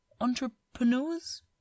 entrepreneurs